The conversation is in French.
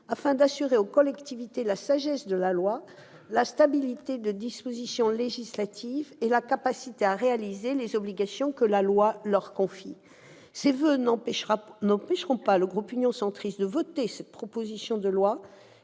afin d'assurer aux collectivités territoriales la sagesse de la loi, la stabilité des dispositions législatives et la capacité à réaliser les obligations que la loi leur confie. Ces voeux n'empêcheront pas le groupe Union Centriste de voter cette proposition de loi,